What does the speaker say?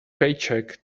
paycheck